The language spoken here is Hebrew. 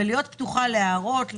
ולהיות פתוחה להערות,